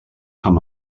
amb